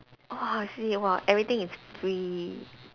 oh I see !wah! everything is free